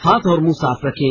हाथ और मुंह साफ रखें